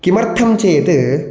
किमर्थं चेत्